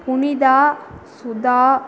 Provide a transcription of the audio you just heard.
Punitha Sudha